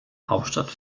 hauptstadt